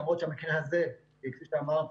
למרות שהמקרה הזה כפי שאמרתי,